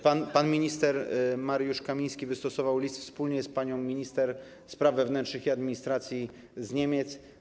Pan minister Mariusz Kamiński wystosował list wspólnie z panią minister spraw wewnętrznych i administracji Niemiec.